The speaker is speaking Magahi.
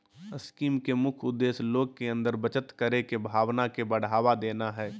स्कीम के मुख्य उद्देश्य लोग के अंदर बचत करे के भावना के बढ़ावा देना हइ